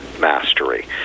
mastery